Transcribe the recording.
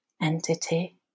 entity